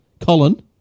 Colin